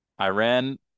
Iran